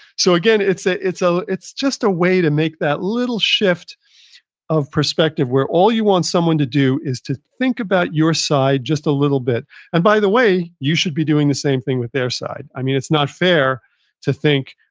so again, it's ah it's ah just a way to make that little shift of perspective where all you want someone to do is to think about your side just a little bit and by the way, you should be doing the same thing with their side. it's not fair to think,